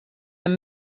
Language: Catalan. amb